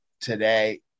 today